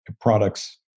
product's